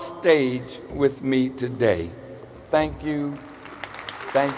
stage with me today thank you thank